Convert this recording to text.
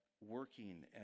working